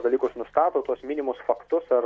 dalykus nustato tuos minimus faktus ar